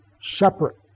separate